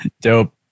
Dope